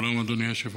שלום, אדוני היושב-ראש.